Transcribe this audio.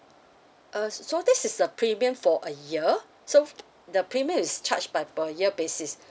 uh so this is the premium for a year so the payment is charged by per year basis